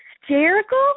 hysterical